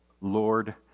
Lord